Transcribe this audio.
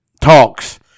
talks